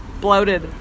Bloated